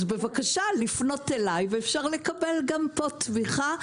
אז בבקשה, לפנות אלי ואפשר לקבל גם פה תמיכה.